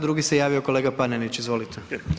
Drugi se javio kolega Panenić, izvolite.